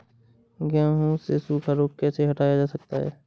गेहूँ से सूखा रोग कैसे हटाया जा सकता है?